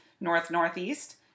North-Northeast